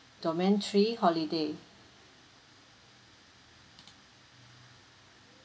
domain three holiday